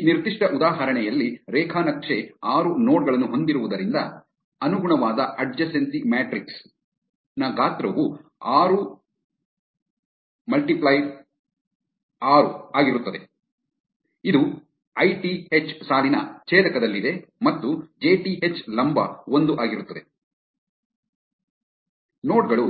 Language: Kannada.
ಈ ನಿರ್ದಿಷ್ಟ ಉದಾಹರಣೆಯಲ್ಲಿ ರೇಖಾ ನಕ್ಷೆ ಆರು ನೋಡ್ ಗಳನ್ನು ಹೊಂದಿರುವುದರಿಂದ ಅನುಗುಣವಾದ ಅಡ್ಜಸ್ನ್ಸಿ ಮ್ಯಾಟ್ರಿಕ್ಸ್ ನ ಗಾತ್ರವು ಆರು x ಆರು ಆಗಿರುತ್ತದೆ ಇದು ಐಟಿಎಚ್ ಸಾಲಿನ ಛೇದಕದಲ್ಲಿದೆ ಮತ್ತು ಜೆಟಿಎಚ್ ಲಂಬ ಒಂದು ಆಗಿರುತ್ತದೆ ನೋಡ್ ಗಳು